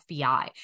FBI